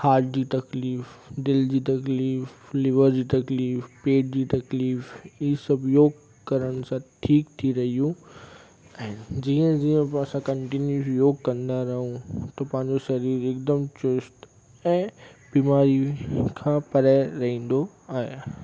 heart जी तकलीफ़ु दिल जी तकलीफ़ु लिवर जी तकलीफ़ु पेट जी तकलीफ़ु ही सभु योगु करण सां ठीकु थी रहियूं ऐं जीअं जीअं बि असां कंटिन्यू योगु कंदा रहूं त पंहिंजो शरीरु हिकदमि चुस्तु ऐं बीमारियूं खां परे रहंदो आहे